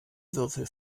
würfel